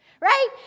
Right